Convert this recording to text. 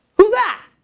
who's that?